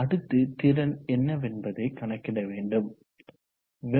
அடுத்து திறன் என்னவென்பதை கணக்கிட முயல்வோம்